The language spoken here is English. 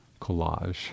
collage